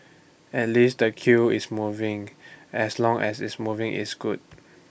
at least the queue is moving as long as it's moving it's good